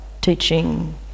teaching